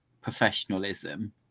professionalism